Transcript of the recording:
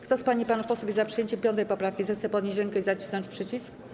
Kto z pań i panów posłów jest za przyjęciem 6. poprawki, zechce podnieść rękę i nacisnąć przycisk.